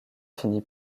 finit